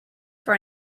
for